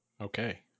Okay